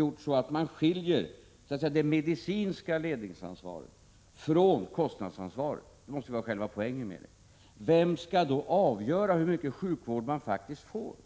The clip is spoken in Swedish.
Om det medicinska ledningsansvaret har skilts från kostnadsansvaret — detta måste ju vara själva poängen med det hela — vem skall då avgöra hur mycket sjukvård man faktiskt får?